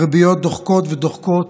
הריביות דוחקות ודוחקות,